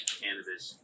cannabis